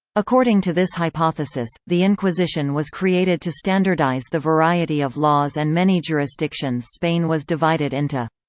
according to this hypothesis, the inquisition was created to standardize the variety of laws and many jurisdictions spain was divided into.